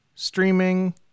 Streaming